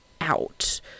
out